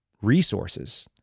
resources